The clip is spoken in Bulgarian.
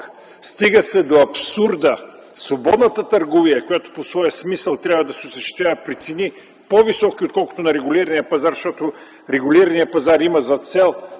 Стига се до абсурда, че при свободната търговия (която по своя смисъл трябва да се осъществява при цени, по-високи отколкото на регулирания пазар, защото регулираният пазар има за цел